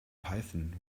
python